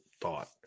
thought